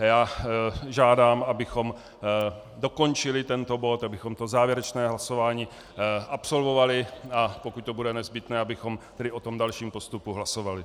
Já žádám, abychom dokončili tento bod, abychom závěrečné hlasování absolvovali, a pokud to bude nezbytné, abychom o dalším postupu hlasovali.